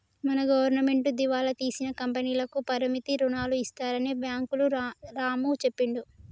మన గవర్నమెంటు దివాలా తీసిన కంపెనీలకు పరపతి రుణాలు ఇస్తారని బ్యాంకులు రాము చెప్పిండు